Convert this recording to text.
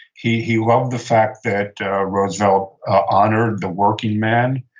he he loved the fact that roosevelt honored the working man,